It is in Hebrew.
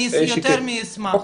אני יותר מאשמח.